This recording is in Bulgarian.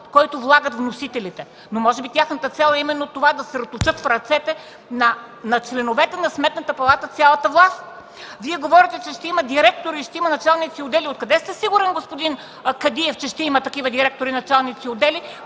който влагат вносителите. Но може би тяхната цел е именно това – да съсредоточат в ръцете на членовете на Сметната палата цялата власт. Вие говорите, че ще има директори и началници на отдели. Откъде сте сигурен, господин Кадиев, че ще има такива директори и началници на отдели,